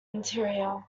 interior